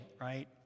right